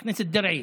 חבר הכנסת דרעי,